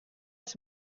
els